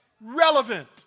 relevant